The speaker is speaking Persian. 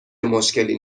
مشکلی